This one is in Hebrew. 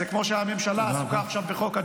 תודה רבה.